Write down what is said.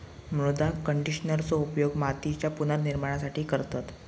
मृदा कंडिशनरचो उपयोग मातीच्या पुनर्निर्माणासाठी करतत